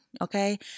okay